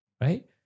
right